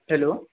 hello